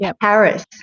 Paris